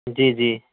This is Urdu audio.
جی جی